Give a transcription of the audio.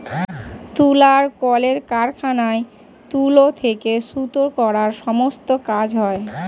তুলার কলের কারখানায় তুলো থেকে সুতো করার সমস্ত কাজ হয়